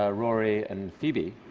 ah rory and phoebe,